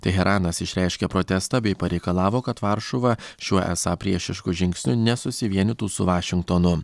teheranas išreiškė protestą bei pareikalavo kad varšuva šiuo esą priešišku žingsniu nesusivienytų su vašingtonu